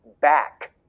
back